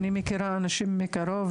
אני מכירה אנשים מקרוב,